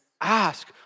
ask